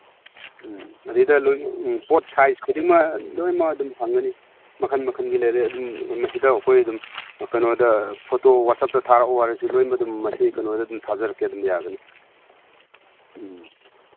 ꯎꯝ ꯑꯗꯩꯗ ꯂꯣꯏꯅ ꯄꯣꯠ ꯁꯥꯏꯖ ꯈꯨꯗꯤꯡꯃꯛ ꯂꯣꯏꯃꯛ ꯑꯗꯨꯝ ꯐꯪꯒꯅꯤ ꯃꯈꯟ ꯃꯈꯟꯒꯤ ꯂꯩꯔꯦ ꯑꯗꯨꯝ ꯃꯁꯤꯗ ꯑꯩꯈꯣꯏ ꯑꯗꯨꯝ ꯀꯩꯅꯣꯗ ꯐꯣꯇꯣ ꯋꯥꯆꯞꯇ ꯊꯥꯔꯛꯑꯣ ꯍꯥꯏꯔꯁꯨ ꯂꯣꯏꯃꯛ ꯑꯗꯨꯝ ꯃꯁꯤ ꯀꯩꯅꯣꯗ ꯑꯗꯨꯝ ꯊꯥꯖꯔꯛꯀꯦ ꯑꯗꯨꯝ ꯌꯥꯒꯅꯤ ꯎꯝ